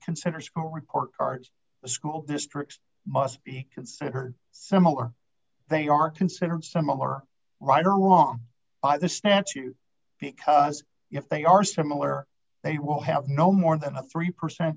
consider school report cards the school districts must be considered similar they are considered some are right or wrong the statue because if they are similar they will have no more than three percent